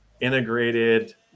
integrated